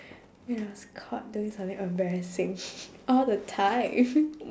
when I was caught doing something embarrassing all the time